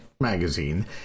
magazine